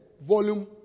volume